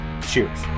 Cheers